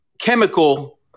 chemical